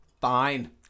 fine